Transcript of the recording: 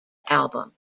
album